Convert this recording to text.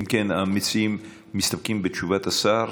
אם כן, המציעים מסתפקים בתשובת השר?